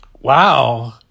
Wow